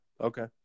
okay